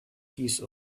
piece